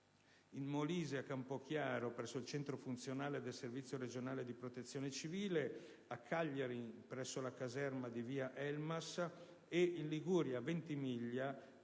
in Molise, a Campochiaro presso il centro funzionale del servizio regionale di protezione civile, a Cagliari presso la caserma di via Elmas e a Ventimiglia